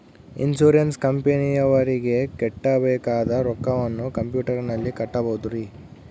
Insurance ಕಂಪನಿಯವರಿಗೆ ಕಟ್ಟಬೇಕಾದ ರೊಕ್ಕವನ್ನು ಕಂಪ್ಯೂಟರನಲ್ಲಿ ಕಟ್ಟಬಹುದ್ರಿ?